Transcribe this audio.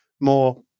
more